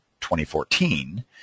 2014